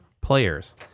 players